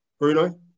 Bruno